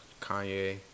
Kanye